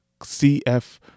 CF